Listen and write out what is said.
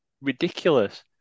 Ridiculous